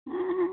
অঁ